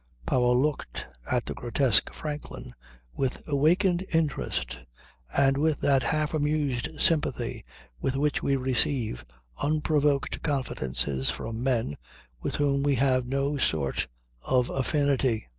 powell looked at the grotesque franklin with awakened interest and with that half-amused sympathy with which we receive unprovoked confidences from men with whom we have no sort of affinity.